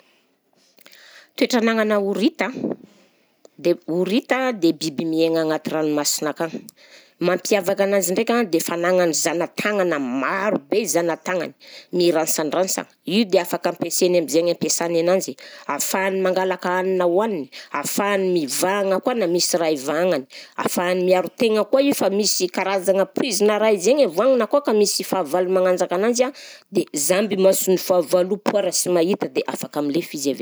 Toetra anagnanà horita, de horita de biby miaigna agnaty ranomasina akany, mampiavaka anazy ndraika dia fanagnany zana-tagnana marobe zana-tagnany, miransandransana, io dia afaka ampiasainy am'zainy ampiasany ananjy, ahafahany mangalaka hanina hohaniny, ahafahany mivahagna koa na misy raha ivahagnany, ahafahany miaro tegna koa io fa misy karazagna poizina raha izaigny avoagny na koa ka misy fahavalo magnanjaka ananjy a de zamba i mason'ny fahavalo io poay raha sy mahita dia afaka milefa izy avy.